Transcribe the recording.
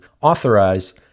authorize